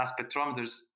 spectrometers